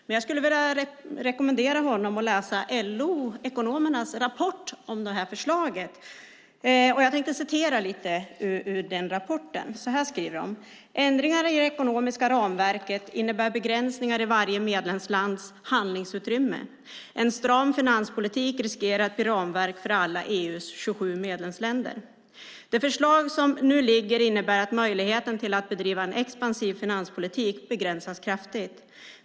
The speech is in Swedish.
Men jag skulle vilja rekommendera honom att läsa LO-ekonomernas rapport om det här förslaget. Jag tänkte läsa lite ur den rapporten. Så här skriver de: Ändringar i det ekonomiska ramverket innebär begränsningar i varje medlemslands handlingsutrymme. En stram finanspolitik riskerar att bli ramverk för alla EU:s 27 medlemsländer. Det förslag som nu ligger innebär att möjligheten till att bedriva en expansiv finanspolitik begränsas kraftigt.